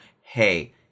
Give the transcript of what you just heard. hey